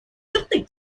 черты